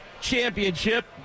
championship